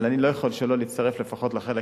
אבל אני לא יכול שלא להצטרף לפחות לחלק